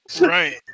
Right